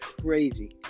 crazy